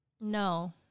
No